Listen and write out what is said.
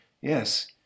Yes